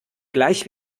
gleich